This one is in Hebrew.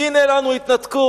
הנה לנו התנתקות.